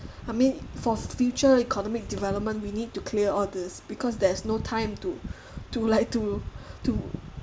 I mean for future economic development we need to clear all these because there is no time to to like to to